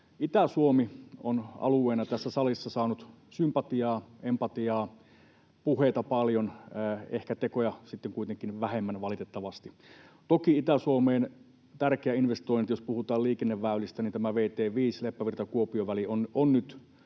Itä-Suomi on alueena tässä salissa saanut sympatiaa, empatiaa, puheita paljon — ehkä tekoja sitten kuitenkin vähemmän, valitettavasti. Toki tärkeä investointi Itä-Suomeen, jos puhutaan liikenneväylistä, on tämä vt 5 Leppävirta—Kuopio-väli, ja